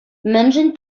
мӗншӗн